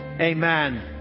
Amen